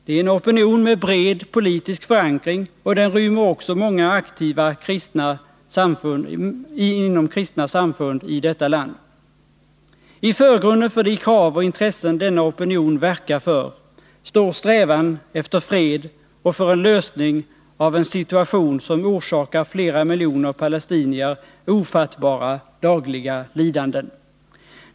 Det är en opinion med bred politisk förankring, och den rymmer också många aktiva i kristna samfund i detta land. I förgrunden för de krav och intressen denna opinion verkar för står strävan efter fred och för en lösning av en situation som orsakar flera miljoner palestinier ofattbara, dagliga lidanden.